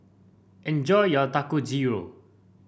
enjoy your Dangojiru